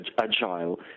agile